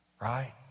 Right